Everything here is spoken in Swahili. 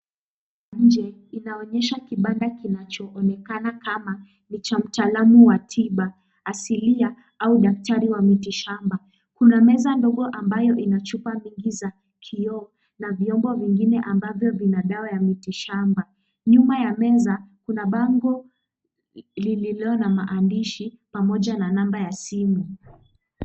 Nje, inaonyesha kibanda kinachoonekana kama ni cha mtaalamu wa tiba asilia au daktari wa miti shamba. Kuna meza ndogo ambayo ina chupa mingi za kioo na vyombo vingine ambavyo vina dawa ya miti shamba. Nyuma kuna bango lililo na maandishi pamoja na namba ya simu.